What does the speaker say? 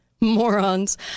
morons